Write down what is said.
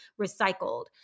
recycled